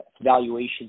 valuations